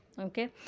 Okay